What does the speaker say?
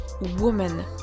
woman